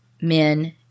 men